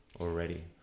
already